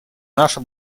наша